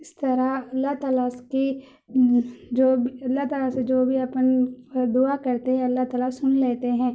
اس طرح اللّہ تعالیٰ اس کی جو بھی اللّہ تعالیٰ سے جوبھی اپنے دُعا کرتے ہیں اللّہ تعالیٰ سن لیتے ہیں